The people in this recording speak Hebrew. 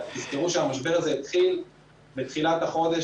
ותזכרו שהמשבר הזה התחיל בתחילת החודש,